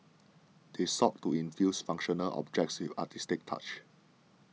they sought to infuse functional objects with artistic touches